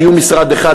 שיהיו משרד אחד,